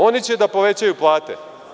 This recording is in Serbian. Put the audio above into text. Oni će da povećaju plate?